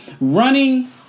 running